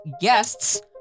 guests